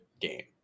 game